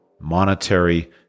monetary